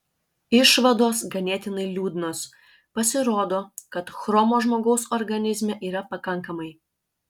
išvados ganėtinai liūdnos pasirodo kad chromo žmogaus organizme yra pakankamai